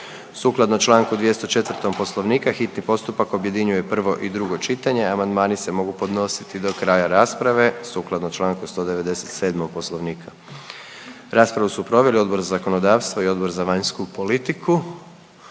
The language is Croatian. Sukladno čl. 204. Poslovnika hitni postupak objedinjuje prvo i drugo čitanje, a amandmani se mogu podnositi do kraja rasprave sukladno čl. 197. Poslovnika. Raspravu su proveli Odbor za zakonodavstvo i Odbor za vanjsku politiku.